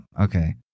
okay